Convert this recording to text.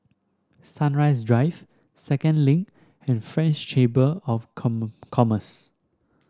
Sunrise Drive Second Link and French Chamber of Commerce